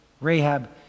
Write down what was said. Rahab